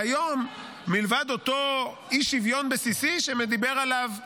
והיום מלבד אותו אי-שוויון בסיסי שדיבר עליו גלעד,